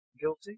guilty